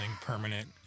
permanent